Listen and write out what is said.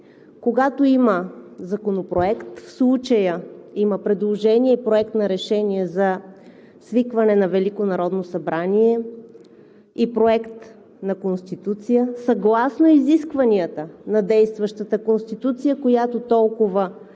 Когато има законопроект, в случая има предложение и Проект на Решение за свикване на Велико народно събрание и Проект на Конституция съгласно изискванията на действащата Конституция, която толкова